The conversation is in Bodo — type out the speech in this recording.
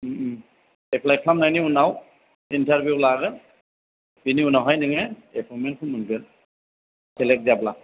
एप्लाय खालामनायनि उनाव इन्टारभिउ लागोन बेनि उनावहाय नोङो एपइनमेन्टखौ मोनगोन सेलेक्ट जाब्ला